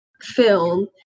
film